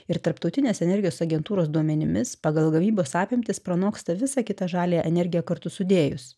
ir tarptautinės energijos agentūros duomenimis pagal gavybos apimtis pranoksta visą kitą žaliąją energiją kartu sudėjus